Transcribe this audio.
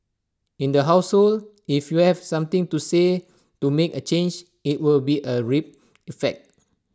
in the household if you have something to say to make A change IT will be A ripple effect